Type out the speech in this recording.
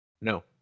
No